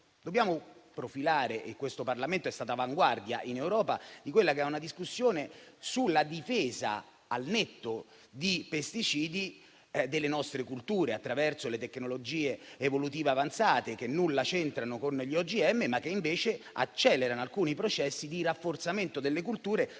possiamo che tenere conto. Questo Parlamento è stato avanguardia in Europa nella discussione sulla difesa, al netto di pesticidi, delle nostre colture, attraverso le tecnologie evolutive avanzate, che nulla c'entrano con gli OGM, ma che invece accelerano alcuni processi di rafforzamento delle colture,